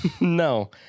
No